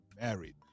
married